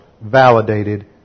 validated